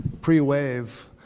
pre-wave